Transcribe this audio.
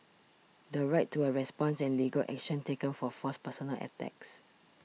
the right to a response and legal action taken for false personal attacks